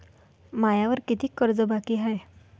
मायावर कितीक कर्ज बाकी हाय?